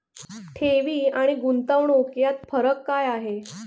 ठेवी आणि गुंतवणूक यात फरक काय आहे?